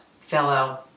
fellow